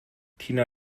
tina